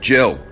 Jill